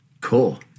Cool